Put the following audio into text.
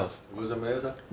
go somebody else ah